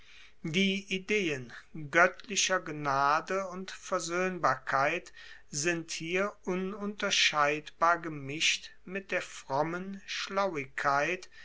die ideen goettlicher gnade und versoehnbarkeit sind hier ununterscheidbar gemischt mit der frommen